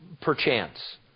perchance